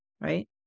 right